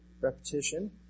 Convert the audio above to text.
Repetition